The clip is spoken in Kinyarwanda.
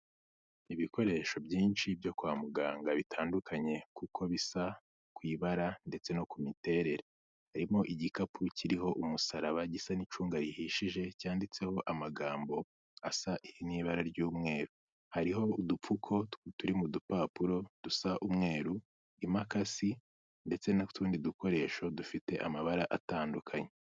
Ibikoresho byinshi byo kwa muganga, bitandukanye kuko bisa ku ibara ndetse no ku miterere, harimo igikapu kiriho umusaraba gisa n'icunga rihishije cyanditseho amagambo asa n'ibara ry'umweru, hariho udupfuko turi mu dupapuro dusa umweru, imakasi ndetse n'utundi dukoresho dufite amabara atandukanye.